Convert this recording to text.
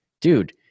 Dude